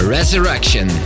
Resurrection